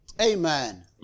Amen